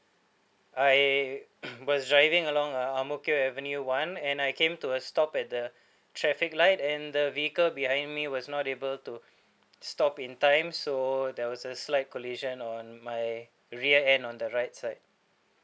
I was driving along uh ang mo kio avenue one and I came to a stop at the traffic light and the vehicle behind me was not able to stop in time so there was a slight collision on my rear end on the right side